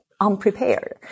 unprepared